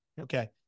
Okay